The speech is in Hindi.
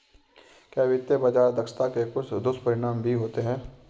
क्या वित्तीय बाजार दक्षता के कुछ दुष्परिणाम भी होते हैं?